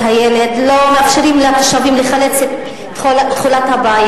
אחד, שניים או שלושה בולדוזרים, הסתערות על בית,